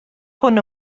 hwn